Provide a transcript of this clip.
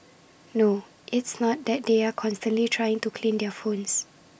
no it's not that they are constantly trying to clean their phones